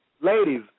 Ladies